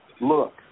look